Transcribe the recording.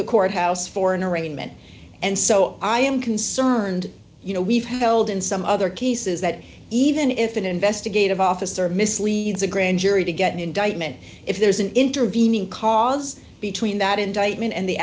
the courthouse for an arraignment and so i am concerned you know we've held in some other cases that even if an investigative officer misleads a grand jury to get an indictment if there's an intervening cause between that indictment and the